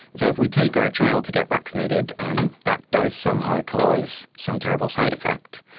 so if we take our child to get vaccinated and that does somehow cause some terrible side-effect,